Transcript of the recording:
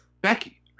Becky